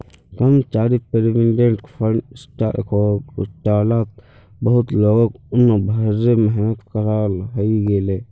कर्मचारी provident fund संस्थार घोटालात बहुत लोगक उम्र भरेर मेहनत ख़राब हइ गेले